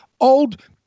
old